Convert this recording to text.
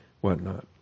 whatnot